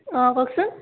অঁ কওকচোন